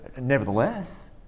Nevertheless